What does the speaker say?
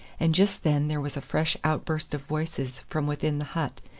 and just then there was a fresh outburst of voices from within the hut,